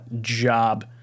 job